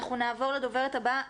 אנחנו נעבור לדוברת הבאה,